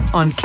on